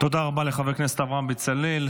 תודה רבה לחבר הכנסת אברהם בצלאל.